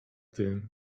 tym